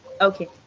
Okay